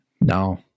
No